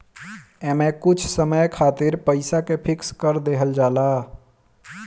एमे कुछ समय खातिर पईसा के फिक्स कर देहल जाला